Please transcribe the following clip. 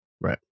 Right